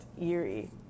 eerie